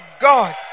God